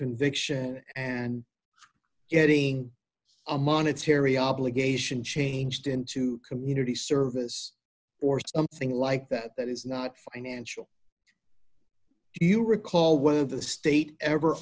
conviction and getting a monetary obligation changed into community service or something like that that is not financial do you recall whether the state ever